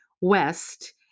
West